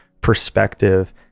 perspective